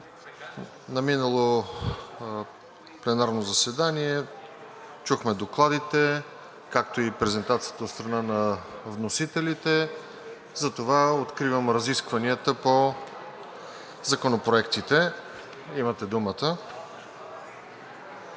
На минало пленарно заседание чухме докладите, както и презентацията от страна на вносителите. Затова откривам разискванията по законопроектите. Господин